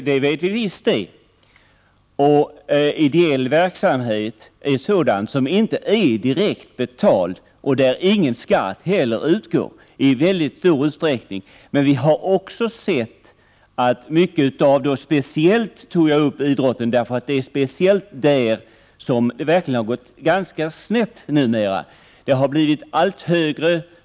Herr talman! Jo, det vet vi visst. Ideell verksamhet är sådan som inte är direkt betald och där det i stor utsträckning inte heller utgår någon skatt. Vi har också sett att det numera har gått ganska snett just med idrotten.